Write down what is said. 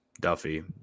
Duffy